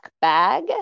bag